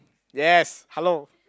yes hello